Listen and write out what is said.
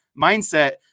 mindset